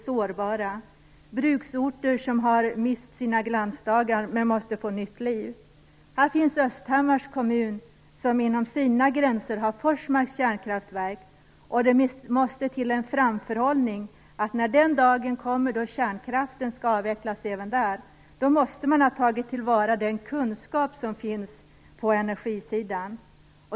Det finns bruksorter som har mist sina glansdagar, men som måste få nytt liv. Här finns Östhammars kommun som inom sina gränser har Forsmarks kärnkraftverk. Det måste till en framförhållning så att när den dagen kommer då kärnkraften skall avvecklas även där måste man ha tagit till vara den kunskap som finns på energisidan.